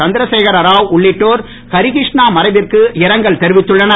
சந்திரசேகர ராவ் உள்ளிட்டோர் ஹரிகிருஷ்ணா மறைவிற்கு இரங்கல் தெரிவித்துள்ளனர்